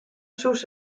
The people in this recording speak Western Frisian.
soest